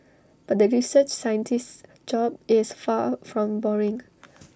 but the research scientist's job is far from boring